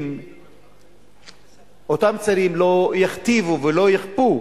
אם אותם צעירים לא יכתיבו ולא יכפו,